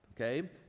Okay